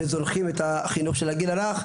וזונחים את החינוך של הגיל הרך,